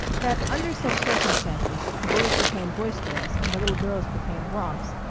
that, under such circumstances, the boys became boisterous and the little girls became romps,